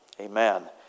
Amen